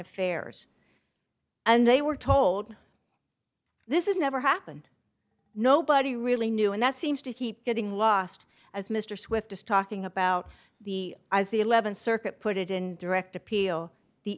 affairs and they were told this is never happened nobody really knew and that seems to keep getting lost as mr swift is talking about the as the th circuit put it in direct appeal the